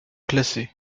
classé